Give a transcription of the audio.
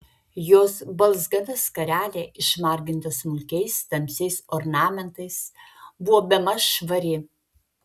jos balzgana skarelė išmarginta smulkiais tamsiais ornamentais buvo bemaž švari